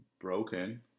broken